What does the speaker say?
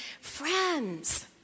friends